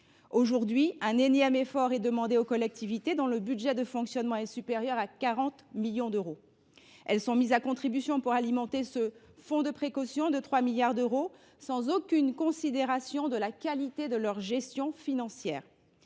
Or un énième effort est demandé aux collectivités dont le budget de fonctionnement est supérieur à 40 millions d’euros. Elles sont mises à contribution pour alimenter un fonds de précaution de 3 milliards d’euros sans aucune considération de la qualité de leur gestion financière.